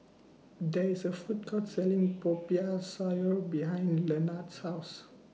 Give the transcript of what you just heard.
There IS A Food Court Selling Popiah Sayur behind Lenard's House